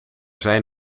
zijn